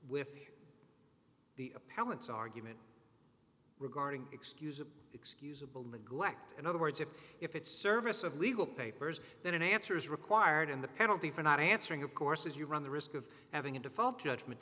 with the appellant's argument regarding excuse of excusable neglect in other words if if it's service of legal papers then an answer is required in the penalty for not answering of course if you run the risk of having a default judgment